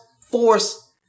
force